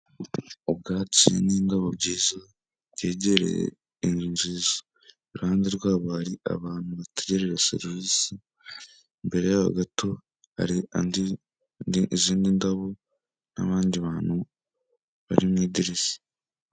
Ubwatsi n'indabo byiza byegereye inzu nziza, iruhande rwabo hari abantu bategereje serivise, imbere yaho gato hari andi izindi ndabo n'abandi bantu bari mu idirishya.